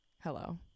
hello